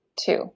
two